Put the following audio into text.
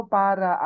para